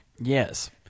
Yes